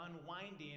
unwinding